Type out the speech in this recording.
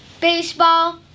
baseball